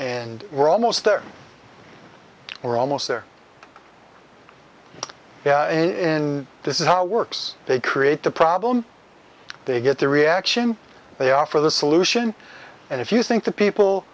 and we're almost there we're almost there yeah in this is how it works they create the problem they get the reaction they offer the solution and if you think the people